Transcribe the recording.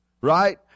right